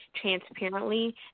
transparently